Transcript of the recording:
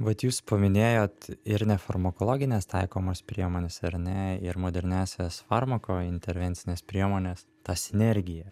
vat jūs paminėjot ir nefarmakologinės taikomos priemonės ar ne ir moderniąsias farmako intervencines priemones ta sinergija